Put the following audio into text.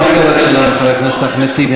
זה לא במסורת שלהם, חבר הכנסת אחמד טיבי.